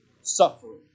suffering